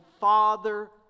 Father